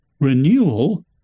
renewal